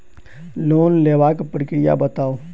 Loan लेबाक प्रक्रिया बताऊ?